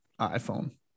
iPhone